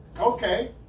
Okay